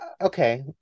Okay